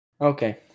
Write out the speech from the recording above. Okay